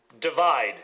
divide